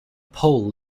pole